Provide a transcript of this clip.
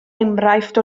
enghraifft